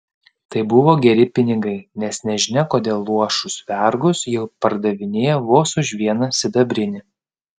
tai buvo geri pinigai nes nežinia kodėl luošus vergus jau pardavinėjo vos už vieną sidabrinį